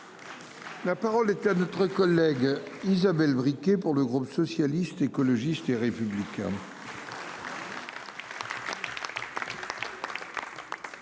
La parole est à notre collègue Isabelle briquet pour le groupe socialiste, écologiste et républicain.